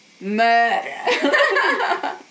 murder